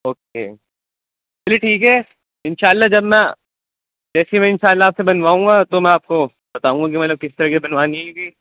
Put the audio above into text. okay چلیے ٹھیک ہے ان شاء اللہ جب میں جیسے میں ان شاء اللہ آپ سے بنواؤں گا تو میں آپ کو بتاؤںا کہ مطلب کس طرقے بنوانی ہےگی